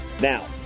Now